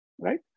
right